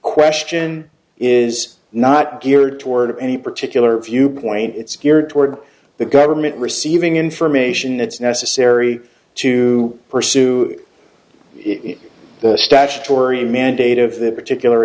question is not geared toward any particular viewpoint it's geared toward the government receiving information it's necessary to pursue it the statutory mandate of that particular